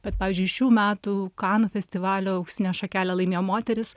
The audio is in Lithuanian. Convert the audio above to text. bet pavyzdžiui šių metų kanų festivalio auksinę šakelę laimėjo moteris